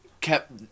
kept